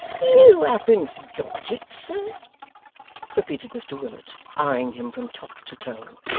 you haven't got it, sir repeated mr willet, eyeing him from top to toe.